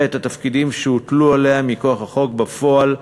את התפקידים שהוטלו עליה מכוח החוק בפועל,